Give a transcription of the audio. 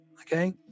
okay